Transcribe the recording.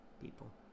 people